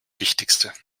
wichtigste